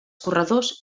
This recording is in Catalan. corredors